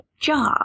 job